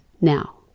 now